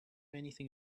anything